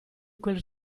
quel